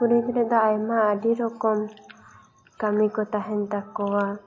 ᱠᱩᱲᱤ ᱜᱤᱫᱽᱨᱟᱹ ᱫᱚ ᱟᱭᱢᱟ ᱟᱹᱰᱤ ᱨᱚᱠᱚᱢ ᱠᱟᱹᱢᱤᱠᱚ ᱛᱟᱦᱮᱱ ᱛᱟᱠᱚᱣᱟ